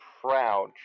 proud